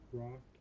rock